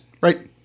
right